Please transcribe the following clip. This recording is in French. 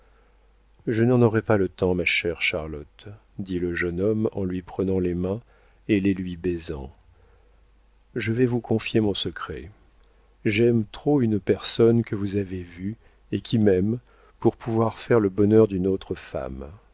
je n'en aurai pas le temps ma chère charlotte dit le jeune homme en lui prenant les mains et les lui baisant je vais vous confier mon secret j'aime trop une personne que vous avez vue et qui m'aime pour pouvoir faire le bonheur d'une autre femme